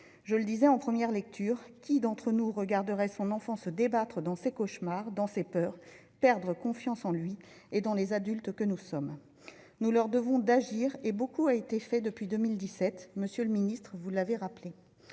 Je le disais en première lecture, qui d'entre nous regarderait son enfant se débattre dans ses cauchemars, dans ses peurs, perdre confiance en lui et dans les adultes ? Nous nous devons d'agir et beaucoup a été fait depuis 2017, comme vous l'avez rappelé,